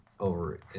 Over